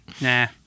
nah